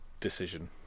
decision